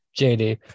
JD